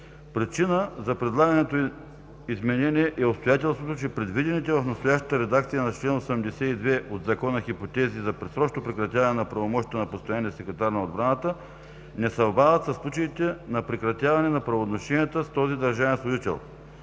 Причина за предлаганото изменение е обстоятелството, че предвидените в настоящата редакция на чл. 82 от Закона хипотези за предсрочно прекратяване на правомощието на постоянния секретар на отбраната, не съвпадат със случаите на прекратяване на правоотношенията с този държавен служител.